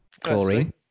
chlorine